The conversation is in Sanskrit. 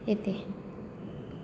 इति